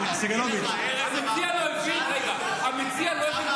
סגלוביץ' --- המציע לא הבין?